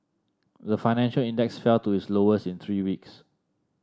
the financial index fell to its lowest in three weeks